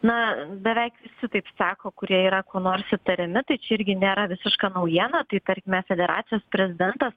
na beveik visi taip sako kurie yra kuo nors įtariami tai čia irgi nėra visiška naujiena tai tarkime federacijos prezidentas